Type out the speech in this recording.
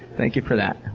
thank you for that.